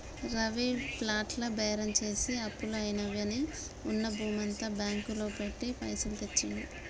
రవి ప్లాట్ల బేరం చేసి అప్పులు అయినవని ఉన్న భూమంతా బ్యాంకు లో పెట్టి పైసలు తెచ్చిండు